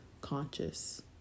conscious